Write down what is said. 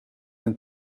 een